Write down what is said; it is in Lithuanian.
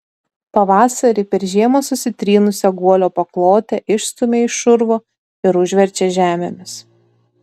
pavasarį per žiemą susitrynusią guolio paklotę išstumia iš urvo ir užverčia žemėmis